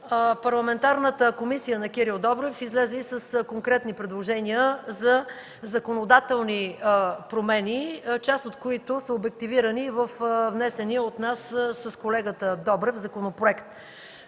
Парламентарната комисия на Кирил Добрев излезе и с конкретни предложения за законодателни промени, част от които са обективирани във внесения от нас с колегата Добрев законопроект.